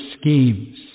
schemes